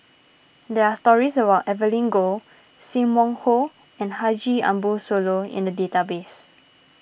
there are stories about Evelyn Goh Sim Wong Hoo and Haji Ambo Sooloh in the database